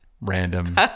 random